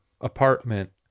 apartment